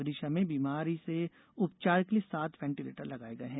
विदिशा में बीमारी से उपचार के लिए सात वेन्दीलेटर लगाये गये हैं